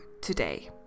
today